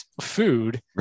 food